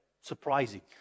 surprising